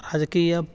राजकीय